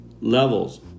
levels